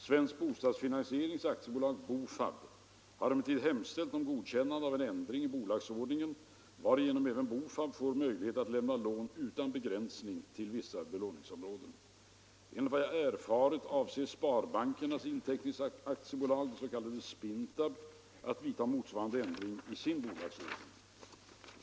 Svensk Bostadsfinansiering AB har emellertid hemställt om godkännande av en ändring i bolagsordningen varigenom även BOFAPB får möjlighet att lämna lån utan begränsning till vissa belåningsområden. Enligt vad jag har erfarit avser Sparbankernas inteckningsaktiebolag att vidta motsvarande ändring i sin bolagsordning.